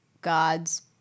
gods